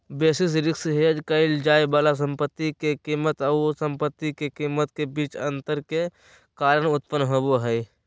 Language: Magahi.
बेसिस रिस्क हेज क़इल जाय वाला संपत्ति के कीमत आऊ संपत्ति के कीमत के बीच अंतर के कारण उत्पन्न होबा हइ